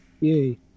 Yay